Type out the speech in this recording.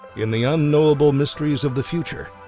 in the unknowable mysteries of the future,